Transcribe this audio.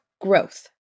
growth